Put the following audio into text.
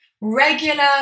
regular